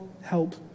help